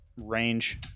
range